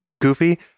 goofy